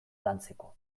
lantzeko